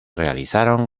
realizaron